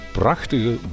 prachtige